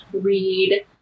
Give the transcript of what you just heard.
read